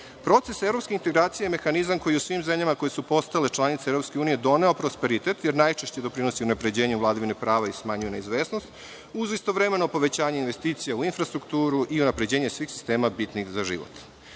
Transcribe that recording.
evropske integracije je mehanizam koji u svim zemljama, koje su postale članice Evropske unije, doneo prosperitet, jer najčešće doprinosi unapređenju vladavine prava i smanjuje neizvesnost, uz istovremeno povećanje investicija u infrastrukturu, i unapređenje svih sistema bitnih za život.